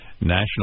National